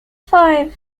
five